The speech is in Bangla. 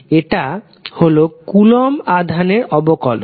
এটা হল কুলম্ব আধানের অবকলন